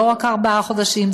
לא רק ארבעה חודשים,